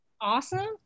awesome